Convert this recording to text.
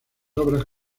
obras